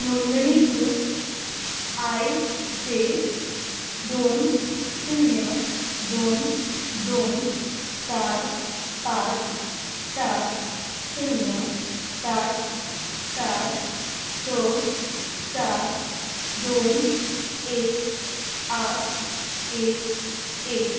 नोंदणीकृत I J दोन शुन्य दोन दोन चार पांच चार शुन्य सात चार स चार दोन एक आठ एक एक